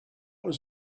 was